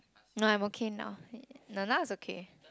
no I'm okay now ye~ no now is okay